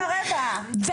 תודה רבה.